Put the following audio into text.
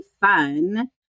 fun